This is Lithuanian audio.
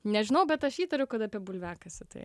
nežinau bet aš įtariu kad apie bulviakasį tai